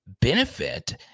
benefit